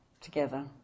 together